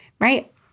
right